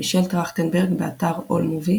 מישל טרכטנברג, באתר AllMovie